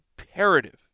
imperative